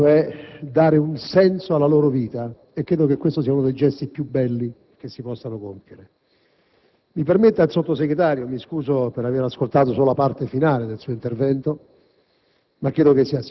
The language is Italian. ha voluto cioè dare un senso alla loro vita, e credo che questo sia uno dei gesti più belli che si possano compiere. Signor Sottosegretario, mi scuso per aver ascoltato solo la parte finale del suo intervento,